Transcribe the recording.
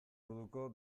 orduko